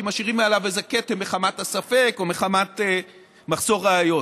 כי משאירים עליו איזה כתם מחמת הספק או מחמת מחסור ראיות.